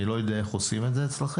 אני לא יודע איך עושים את זה אצלכם,